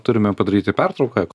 turime padaryti pertrauką